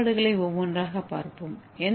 பயன்பாடுகளை ஒவ்வொன்றாக பார்ப்போம்